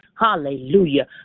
Hallelujah